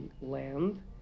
land